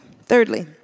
Thirdly